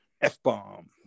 F-bomb